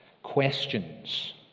questions